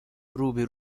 روبه